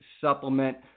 supplement